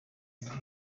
ibyo